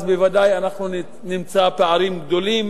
אז בוודאי נמצא פערים גדולים,